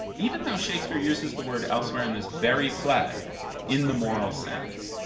even though shakespeare uses the word elsewhere in this very play in the moral sense,